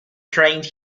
trained